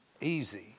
Easy